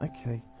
Okay